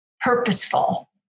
purposeful